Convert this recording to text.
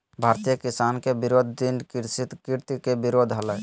भारतीय किसान के विरोध तीन कृषि कृत्य के विरोध हलय